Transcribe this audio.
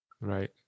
right